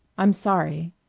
i'm sorry,